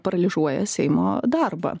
paralyžiuoja seimo darbą